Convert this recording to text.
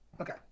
okay